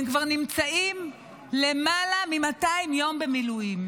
הם כבר נמצאים למעלה מ-200 יום במילואים.